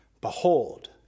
Behold